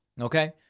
Okay